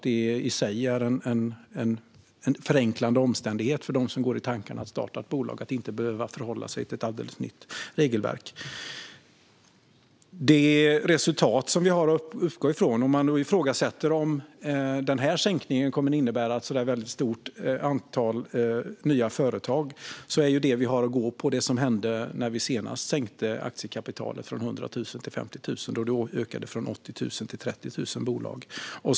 Det i sig är en förenklande omständighet för dem som går i tankar om att starta ett bolag. Man behöver inte förhålla sig till ett alldeles nytt regelverk. Det som vi har att utgå från, om man ifrågasätter om denna sänkning kommer att innebära ett stort antal nya företag, är det som hände när vi senast sänkte aktiekapitalet - från 100 000 till 50 000. Då ökade antalet bolag från 8 000 till 30 000.